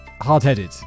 hard-headed